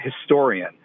historian